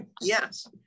Yes